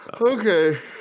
Okay